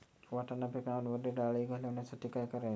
वाटाणा पिकावरील अळी घालवण्यासाठी काय करावे?